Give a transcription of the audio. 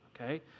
Okay